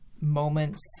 moments